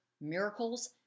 miracles